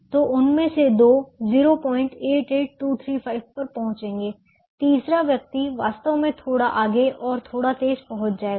तो उनमें से दो 088235 पर पहुंचेंगे तीसरा व्यक्ति वास्तव में थोड़ा आगे और थोड़ा तेज पहुंच जाएगा